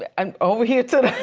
but um over here to